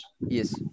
Yes